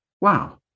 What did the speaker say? Wow